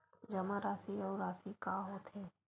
जमा राशि अउ राशि का होथे?